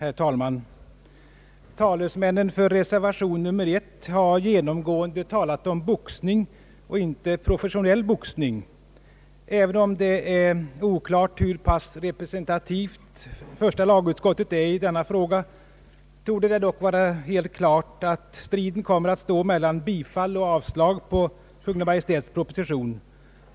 Herr talman! Talesmännen för reservation 1 har genomgående talat om boxning och inte om professionell boxning. Även om det är oklart hur pass representativt första lagutskottet är i denna fråga, torde det dock vara helt klart att striden kommer att stå mellan bifall till och avslag på Kungl. Maj:ts proposition.